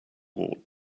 ought